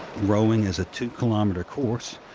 rowing is a two-kilometer course.